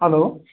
hello